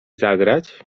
zagrać